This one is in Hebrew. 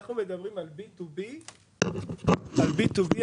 אנחנו מדברים על B TO B,